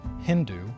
Hindu